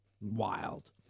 Wild